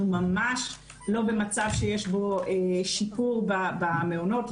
ממש לא במצב שיש בו שיפור במעונות.